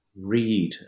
read